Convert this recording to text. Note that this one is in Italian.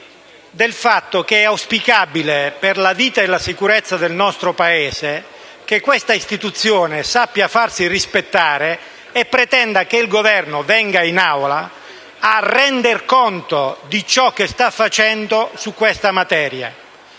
del fatto che, per la vita e per la sicurezza del nostro Paese, è auspicabile che questa istituzione sappia farsi rispettare e pretenda che il Governo venga in Assemblea a render conto di ciò che sta facendo su questa materia.